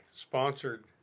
sponsored